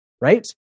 Right